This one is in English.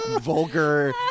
vulgar